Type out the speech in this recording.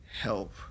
help